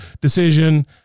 decision